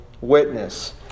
witness